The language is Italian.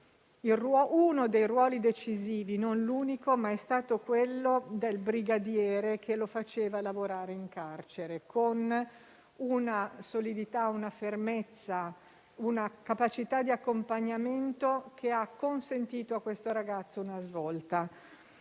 uno dei ruoli decisivi, non l'unico, è stato quello del brigadiere che lo faceva lavorare in carcere, con una solidità, una fermezza e una capacità di accompagnamento che ha consentito a questo ragazzo una svolta.